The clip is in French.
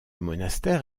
monastère